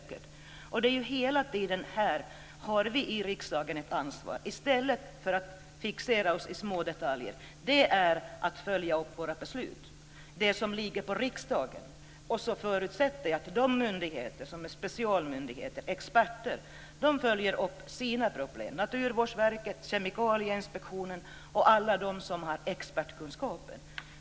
Vi har ju hela tiden här ett ansvar för att, i stället för att fixera oss vid smådetaljer, följa upp våra beslut i riksdagen. Och jag förutsätter att de myndigheter som är specialmyndigheter och experter följer upp sina problem. Jag tänker då på Naturvårdsverket, Kemikalieinspektionen och alla de myndigheter som har expertkunskaper.